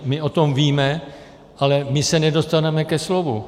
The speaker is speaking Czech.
My o tom víme, ale my se nedostaneme ke slovu.